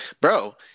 Bro